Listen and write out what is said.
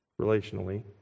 relationally